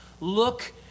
Look